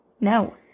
No